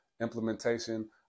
implementation